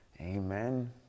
Amen